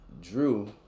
Drew